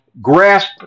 grasp